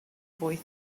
boy